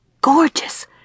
Gorgeous